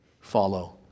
follow